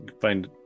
find